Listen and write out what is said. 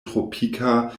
tropika